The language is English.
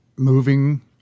Moving